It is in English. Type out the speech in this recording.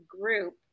group